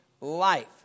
life